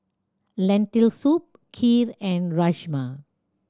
Lentil Soup Kheer and Rajma